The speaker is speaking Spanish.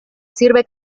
sirve